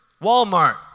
Walmart